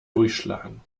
durchschlagen